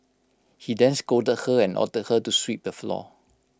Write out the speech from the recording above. he then scolded her and ordered her to sweep the floor